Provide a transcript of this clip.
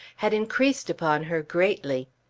had increased upon her greatly.